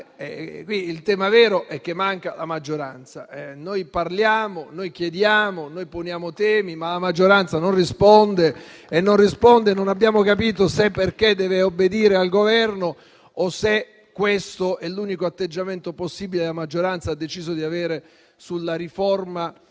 Il tema vero è che manca la maggioranza: noi parliamo, facciamo richieste, poniamo temi, ma la maggioranza non risponde e non abbiamo capito se non lo fa perché deve obbedire al Governo o se questo è l'unico atteggiamento possibile che la maggioranza ha deciso di avere sulla riforma